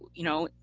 you know,